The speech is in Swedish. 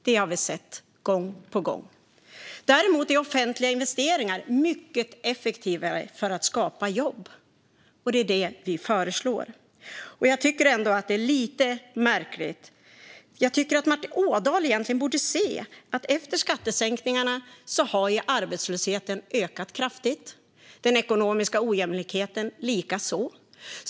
Det har vi sett gång på gång. Däremot är offentliga investeringar mycket effektivare för att skapa jobb, och det är detta vi föreslår. Jag tycker ändå att det är lite märkligt. Jag tycker att Martin Ådahl borde se att arbetslösheten har ökat kraftigt efter skattesänkningarna, och den ekonomiska ojämlikheten likaså.